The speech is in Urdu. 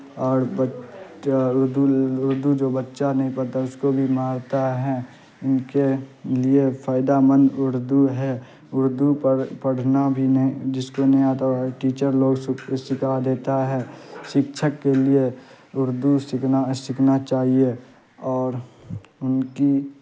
اور بچ اردو اردو جو بچہ نہیں پڑھتا ہے اس کو بھی مارتا ہے ان کے لیے فائدہ مند اردو ہے اردو پر پڑھنا بھی نہیں جس کو نہیں آتا ٹیچر لوگ سکھا دیتا ہے شکشک کے لیے اردو سیکھنا سیکھنا چاہیے اور ان کی